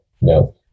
No